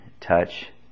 touch